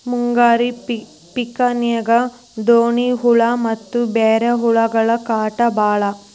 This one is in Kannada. ಮುಂಗಾರಿ ಪಿಕಿನ್ಯಾಗ ಡೋಣ್ಣಿ ಹುಳಾ ಮತ್ತ ಬ್ಯಾರೆ ಹುಳಗಳ ಕಾಟ ಬಾಳ